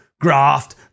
graft